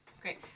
great